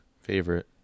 Favorite